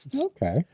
Okay